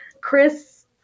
Chris